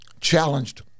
challenged